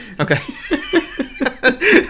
Okay